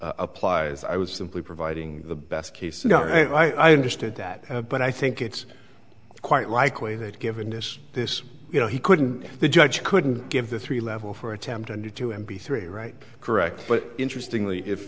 applies i was simply providing the best case i understood that but i think it's quite likely that given this this you know he couldn't the judge couldn't give the three level for attempt under two m b three right correct but interestingly if